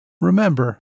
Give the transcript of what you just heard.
Remember